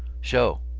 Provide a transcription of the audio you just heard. show.